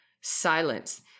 silence